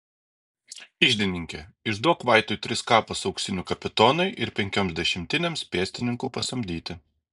iždininke išduok vaitui tris kapas auksinų kapitonui ir penkioms dešimtinėms pėstininkų pasamdyti